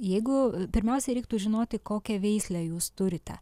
jeigu pirmiausia reiktų žinoti kokią veislę jūs turite